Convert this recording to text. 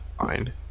Fine